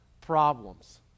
problems